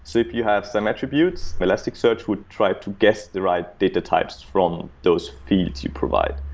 so if you have some attributes, elasticsearch would try to guess the right data types from those feeds you provide.